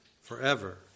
forever